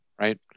right